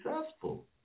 successful